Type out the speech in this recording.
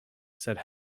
said